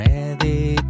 Ready